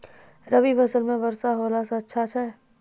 रवी फसल म वर्षा होला से अच्छा छै?